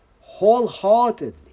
wholeheartedly